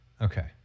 Okay